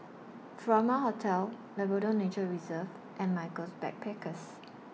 Furama Hotel Labrador Nature Reserve and Michaels Backpackers